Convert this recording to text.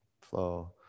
flow